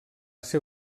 ser